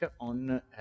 on